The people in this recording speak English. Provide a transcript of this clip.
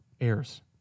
heirs